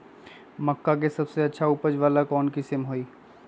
मक्का के सबसे अच्छा उपज वाला कौन किस्म होई?